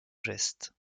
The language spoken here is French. geste